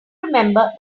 remember